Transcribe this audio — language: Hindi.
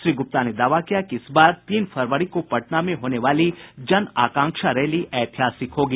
श्री गुप्ता ने दावा किया कि इसबार तीन फरवरी को पटना में होने वाली जन आकांक्षा रैली ऐतिहासिक होगी